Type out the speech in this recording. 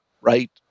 right